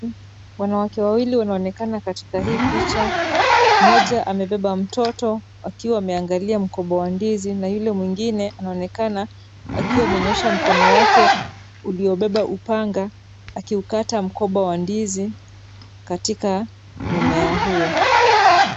Wanawake wawili wanaonekana katika hii picha, mmoja amebeba mtoto akiwa ameangalia mkoba wa ndizi na yule mwingine anaonekana akiwa amenyoosha mkono wake uliobeba upanga akiukata mkoba wa ndizi katika mmea huo.